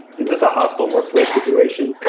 is this a hostile workplace situation?